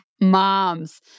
Moms